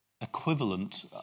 equivalent